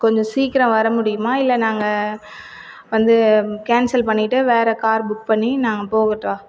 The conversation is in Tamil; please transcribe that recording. கொஞ்சம் சீக்கிரம் வர முடியுமா இல்லை நாங்கள் வந்து கேன்சல் பண்ணிவிட்டு வேறு கார் புக் பண்ணி நாங்கள் போகட்டுமா